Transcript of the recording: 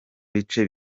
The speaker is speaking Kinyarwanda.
bice